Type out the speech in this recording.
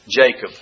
Jacob